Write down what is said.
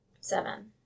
Seven